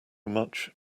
much